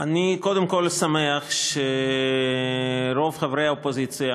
אני קודם כול שמח שרוב חברי האופוזיציה,